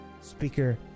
Speaker